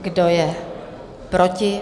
Kdo je proti?